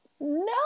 No